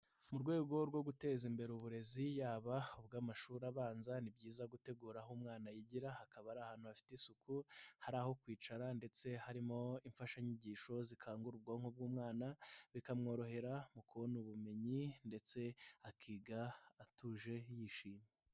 Mu rwego rwo guteza imbere uburezi yaba ubw'amashuri abanza, ni byiza gutegura aho umwana yigira hakaba ari ahantu hafite isuku, hari aho kwicara ndetse harimo imfashanyigisho zikangura ubwonko bw'umwana, bikamworohera mu kubona ubumenyi ndetse akiga atuje yishimye.